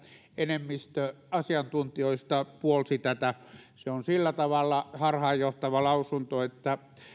enemmistö asiantuntijoista puolsi tätä se on sillä tavalla harhaanjohtava lausunto että